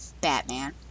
Batman